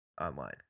online